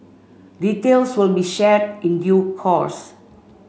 details will be shared in due course